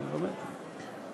אני לומד.